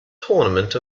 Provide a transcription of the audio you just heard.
tournament